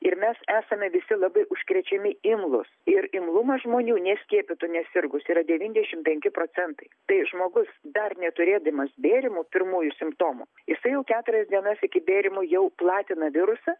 ir mes esame visi labai užkrečiami imlūs ir imlumas žmonių neskiepytų nesirgus yra devyniasdešim penki procentai tai žmogus dar neturėdamas bėrimų pirmųjų simptomų jisai jau keturias dienas iki bėrimo jau platina virusą